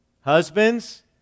Husbands